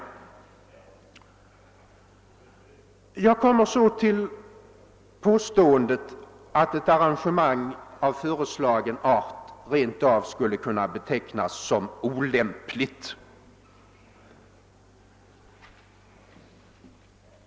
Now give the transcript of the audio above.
Jag kommer så till påståendet att ett arrangemang av föreslagen art rent av skulle kunna betecknas som olämpligt.